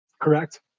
Correct